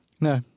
No